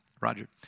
Roger